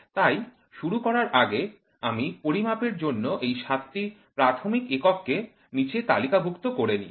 তাই শুরু করার আগে আমি পরিমাপের জন্য এই সাতটি প্রাথমিক একক কে নীচে তালিকাভুক্ত করে নিই